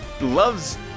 loves